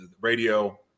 radio